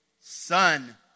son